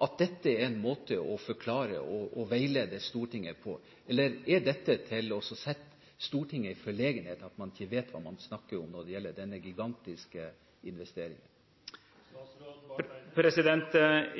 at dette er en måte å forklare og veilede Stortinget på? Eller er dette egnet til å sette Stortinget i forlegenhet, at man ikke vet hva man snakker om når det gjelder denne gigantiske investeringen?